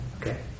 Okay